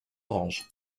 orange